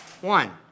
One